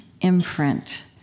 imprint